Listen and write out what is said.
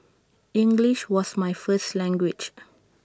English was my first language